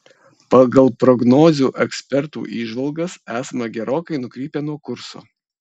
pagal prognozių ekspertų įžvalgas esame gerokai nukrypę nuo kurso